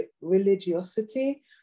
religiosity